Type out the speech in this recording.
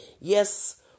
Yes